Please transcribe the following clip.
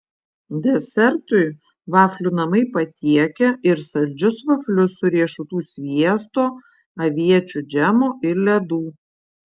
desertui vaflių namai patiekia ir saldžius vaflius su riešutų sviesto aviečių džemo ir ledų